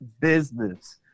business